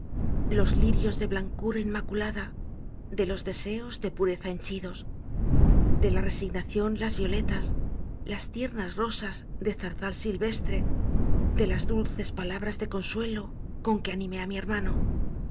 los lirios de blancura inmaculada de los deseos de pureza henchidos de la resignación las violetas las tiernas rosas de zarzal silvestre de las dulces palabras de consuelo con que animé á mi hermano